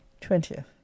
Twentieth